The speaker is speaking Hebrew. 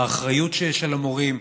האחריות שיש להמורים,